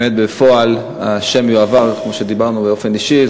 באמת, בפועל, השם יועבר באופן אישי.